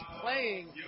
playing